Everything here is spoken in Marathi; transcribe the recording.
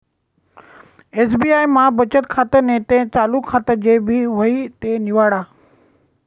एस.बी.आय मा बचत खातं नैते चालू खातं जे भी व्हयी ते निवाडा